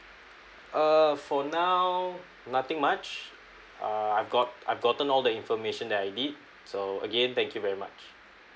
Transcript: err for now nothing much uh I've got I've gotten all the information that I need so again thank you very much